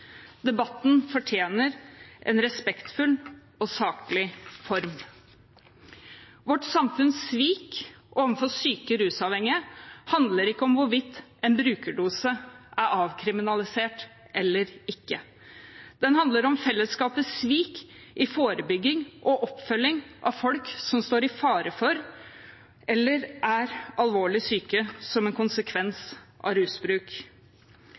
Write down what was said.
Debatten fortjener en respektfull og saklig form. Vårt samfunns svik overfor syke rusavhengige handler ikke om hvorvidt en brukerdose er avkriminalisert eller ikke. Det handler om fellesskapets svik i forebygging og oppfølging av folk som står i fare for å bli eller er alvorlig syke som en konsekvens av rusbruk.